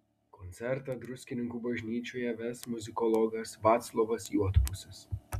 koncertą druskininkų bažnyčioje ves muzikologas vaclovas juodpusis